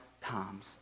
times